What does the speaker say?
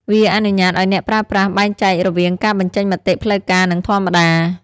វាអនុញ្ញាតឱ្យអ្នកប្រើប្រាស់បែងចែករវាងការបញ្ចេញមតិផ្លូវការ និងធម្មតា។